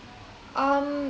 um